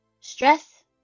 Stress